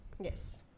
Yes